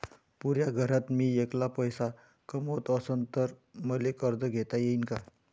पुऱ्या घरात मी ऐकला पैसे कमवत असन तर मले कर्ज घेता येईन का?